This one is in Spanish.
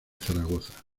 zaragoza